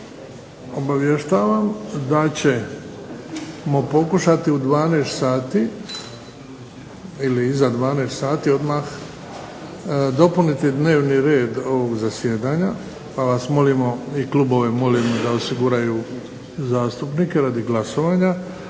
obavještavam da ćemo pokušati u 12,00 sati ili iza 12,00 sati odmah dopuniti dnevni red ovog zasjedanja pa vas molimo i klubove molim da osiguraju zastupnike radi glasovanja,